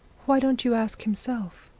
why don't you ask himself